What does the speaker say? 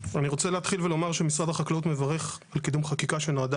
רוצה להתחיל ולומר שמשרד החקלאות מברך על קידום חקיקה שנועדה